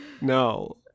no